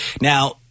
Now